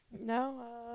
No